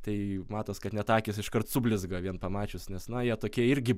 tai matos kad net akys iškart sublizga vien pamačius nes na jie tokie irgi